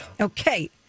Okay